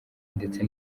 ndetse